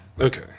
Okay